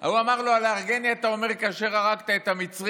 ההוא אמר לו: "הלהרגני אתה אומר כאשר הרגת את המצרי?"